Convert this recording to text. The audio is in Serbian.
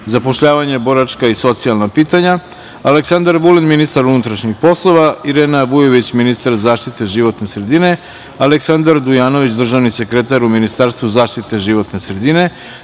zapošljavanje, boračka i socijalna pitanja, Aleksandar Vulin, ministar unutrašnjih poslova, Irena Vujović, ministar zaštite životne sredine, Aleksandar Dujanović, državni sekretar u Ministarstvu zaštite životne sredine,